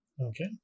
Okay